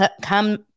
come